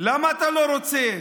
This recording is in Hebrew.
למה אתה לא רוצה?